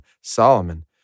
Solomon